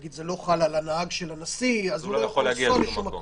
כי אם זה לא חל על הנהג של הנשיא אז הוא לא יכול לנסוע לשום מקום.